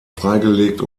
freigelegt